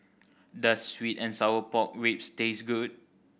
does sweet and sour pork ribs taste good